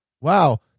wow